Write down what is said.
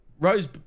Rose